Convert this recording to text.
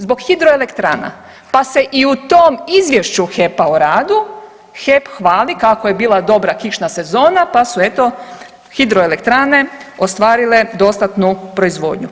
Zbog hidroelektrana, pa se i u tom Izvješću HEP-a o radu HEP hvali kako je bila dobra kišna sezona, pa su eto hidroelektrane ostvarile dostatnu proizvodnju.